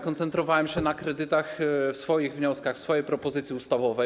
Koncentrowałem się na kredytach w swoich wnioskach, w swojej propozycji ustawowej.